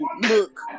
look